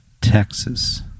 texas